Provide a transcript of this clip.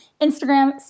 Instagram